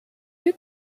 you